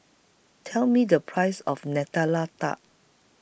Tell Me The Price of Nutella Tart